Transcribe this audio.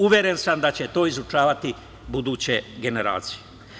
Uveren sam da će to izučavati buduće generacije.